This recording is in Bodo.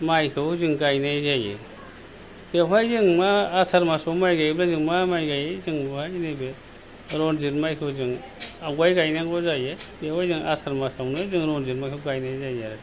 माइखौ जों गायनाय जायो बेवहाय जों मा आसार मासआव माइ गायोब्ला जों माइ गायो जों नैबो रन्जित माइखौ जों आवगाय गायनांगौ जायो बेवहाय जों आसार मासआवनो जोङो रन्जित माइखौ गायनाय जायो आरो